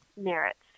merits